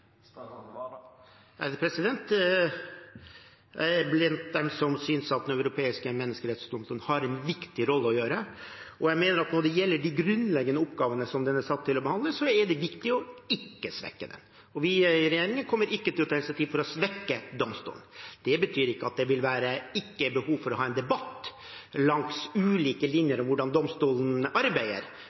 Jeg er blant dem som synes at Den europeiske menneskerettsdomstolen har en viktig rolle å spille. Jeg mener at når det gjelder de grunnleggende oppgavene som den er satt til å behandle, er det viktig ikke å svekke den. Regjeringen kommer ikke til å ta noe initiativ for å svekke domstolen. Det betyr ikke at det ikke vil være behov for å ha en debatt langs ulike linjer om hvordan domstolen arbeider,